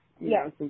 Yes